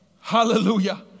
Hallelujah